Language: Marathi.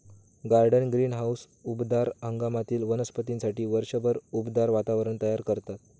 गार्डन ग्रीनहाऊस उबदार हंगामातील वनस्पतींसाठी वर्षभर उबदार वातावरण तयार करतात